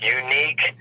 unique